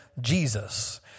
Jesus